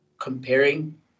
comparing